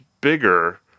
bigger